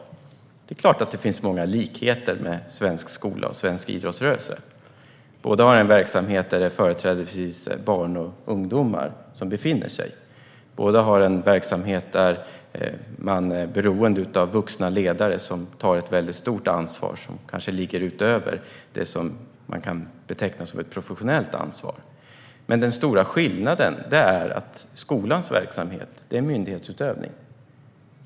Det är klart att det finns många likheter mellan svensk skola och svensk idrottsrörelse. Båda har en verksamhet där företrädesvis barn och ungdomar befinner sig. Båda har en verksamhet där man är beroende av vuxna ledare som tar ett stort ansvar som kanske ligger utöver det som man kan beteckna som ett professionellt ansvar. Den stora skillnaden är att skolans verksamhet är myndighetsutövning.